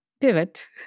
pivot